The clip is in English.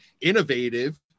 innovative